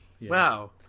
Wow